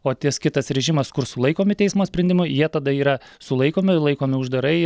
o ties kitas režimas kur sulaikomi teismo sprendimu jie tada yra sulaikomi laikomi uždarai